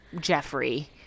Jeffrey